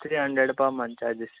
three hundred per month charges